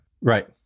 right